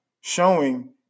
showing